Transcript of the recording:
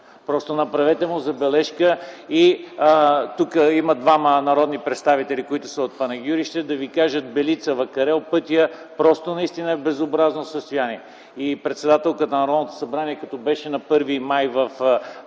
Просто му направете забележка. Тук има двама народни представители, които са от Панагюрище, да Ви кажат, че пътят Белица-Вакарел наистина е в безобразно състояние. Председателката на Народното събрание, като беше на 1 май в Панагюрище